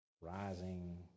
rising